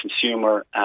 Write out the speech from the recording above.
consumer